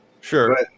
Sure